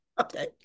Okay